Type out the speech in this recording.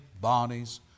bodies